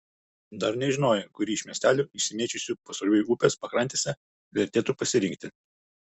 dar nežinojo kurį iš miestelių išsimėčiusių pasroviui upės pakrantėse vertėtų pasirinkti